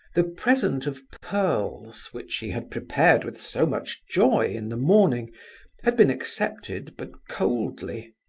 the present of pearls which he had prepared with so much joy in the morning had been accepted but coldly,